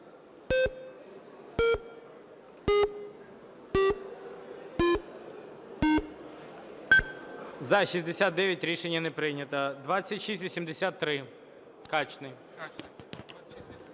За-69 Рішення не прийнято. 2683. Качний.